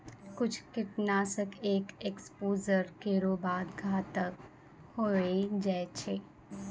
कुछ कीट नाशक एक एक्सपोज़र केरो बाद घातक होय जाय छै